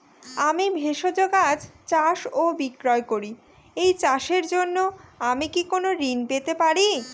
আমি ভেষজ গাছ চাষ ও বিক্রয় করি এই চাষের জন্য আমি কি কোন ঋণ পেতে পারি?